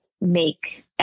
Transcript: make